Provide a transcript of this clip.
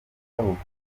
y’amavuko